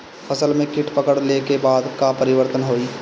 फसल में कीट पकड़ ले के बाद का परिवर्तन होई?